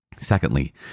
Secondly